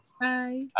Bye